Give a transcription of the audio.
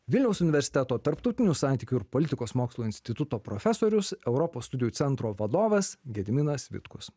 vilniaus universiteto tarptautinių santykių ir politikos mokslų instituto profesorius europos studijų centro vadovas gediminas vitkus